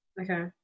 Okay